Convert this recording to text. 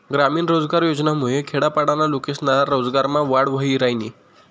ग्रामीण रोजगार योजनामुये खेडापाडाना लोकेस्ना रोजगारमा वाढ व्हयी रायनी